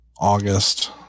august